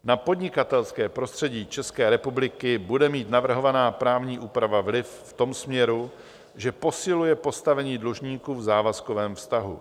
Na podnikatelské prostředí České republiky bude mít navrhovaná právní úprava vliv v tom směru, že posiluje postavení dlužníků v závazkovém vztahu.